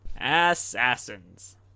Assassins